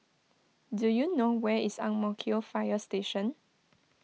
do you know where is Ang Mo Kio Fire Station